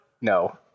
No